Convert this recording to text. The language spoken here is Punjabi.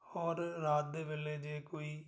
ਔਰ ਰਾਤ ਦੇ ਵੇਲੇ ਜੇ ਕੋਈ